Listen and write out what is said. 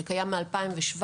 שקיימת מ-2017,